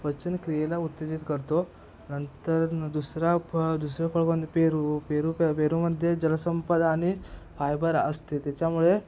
पचनक्रियेला उत्तेजित करतो नंतर न दुसरा फ दुसरा फळ कोणतं तर पेरू पेरू पे पेरूमध्ये जलसंपदा आणि फायबर असते त्याच्यामुळे